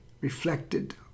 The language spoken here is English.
reflected